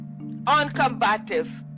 Uncombative